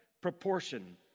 proportion